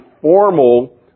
formal